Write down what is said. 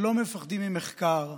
שלא מפחדים ממחקר,